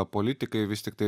politikai vis tiktai